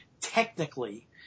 technically